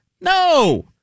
No